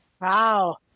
Wow